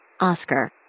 Oscar